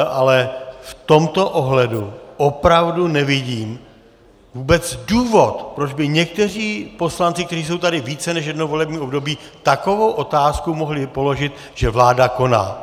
Ale v tomto ohledu opravdu nevidím vůbec důvod, proč by někteří poslanci, kteří jsou tady více než jedno volební období, takovou otázku mohli položit, že vláda koná.